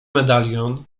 medalion